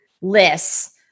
lists